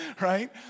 Right